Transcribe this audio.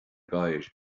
gcathaoir